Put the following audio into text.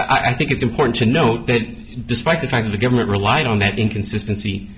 and i think it's important to note that despite the fact the government relied on that inconsistency